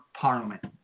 Parliament